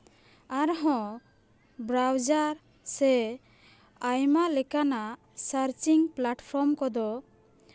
ᱟᱨᱦᱚᱸ ᱵᱨᱟᱣᱡᱟᱨ ᱥᱮ ᱟᱭᱢᱟ ᱞᱮᱠᱟᱱᱟᱜ ᱥᱟᱨᱪᱤᱝ ᱯᱞᱟᱴᱯᱷᱨᱚᱢ ᱠᱚᱫᱚ